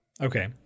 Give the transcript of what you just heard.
Okay